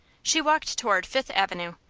she walked toward fifth avenue,